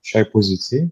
šiai pozicijai